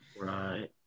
Right